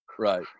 Right